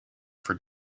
for